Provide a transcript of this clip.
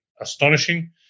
astonishing